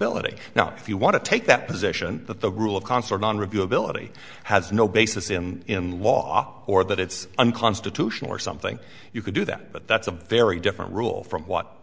it now if you want to take that position that the rule of concert on review ability has no basis in law or that it's unconstitutional or something you could do that but that's a very different rule from what